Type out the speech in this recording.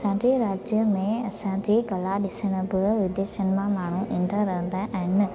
असांजे राज्य में असांजी कला ॾिसण बि विदेशनि मां माण्हू ईंदा रहंदा आहिनि